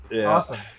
awesome